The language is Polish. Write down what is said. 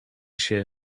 się